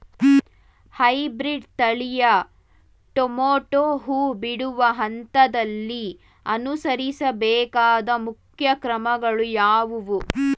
Hybrid ತಳಿಯ tomato ಹೂ ಬಿಡುವ ಹಂತದಲ್ಲಿ ಅನುಸರಿಸಬೇಕಾದ ಮುಖ್ಯ ಕ್ರಮಗಳು ಯಾವುವು?